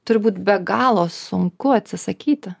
turi būt be galo sunku atsisakyti